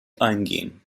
eingehen